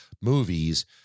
movies